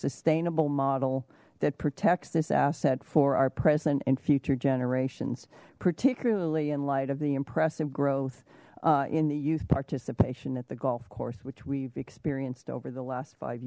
sustainable model that protects this asset for our present and future generations particularly in light of the impressive growth in the youth participation at the golf course which we've experienced over the last five